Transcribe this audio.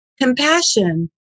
compassion